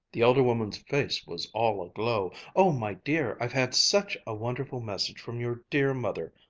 the older woman's face was all aglow. oh, my dear i've had such a wonderful message from your dear mother.